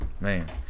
Man